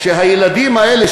הילדים האלה,